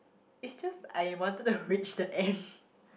it's just I wanted to reach the end